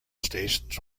stations